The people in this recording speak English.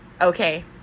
okay